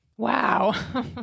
Wow